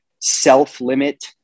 self-limit